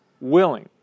willing